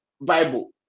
Bible